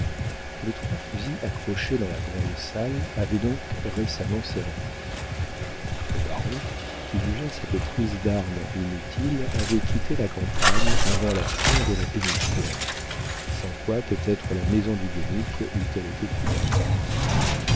les trois fusils accrochés dans la grande salle avaient donc récemment servi le baron qui jugea cette prise d'armes inutile avait quitté la campagne avant l'affaire de la penissière sans quoi peut-être la maison du guénic eût-elle été finie